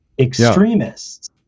extremists